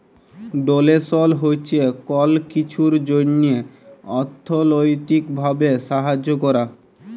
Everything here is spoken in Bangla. ডোলেসল হছে কল কিছুর জ্যনহে অথ্থলৈতিক ভাবে সাহায্য ক্যরা